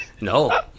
No